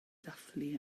ddathlu